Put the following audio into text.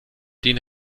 den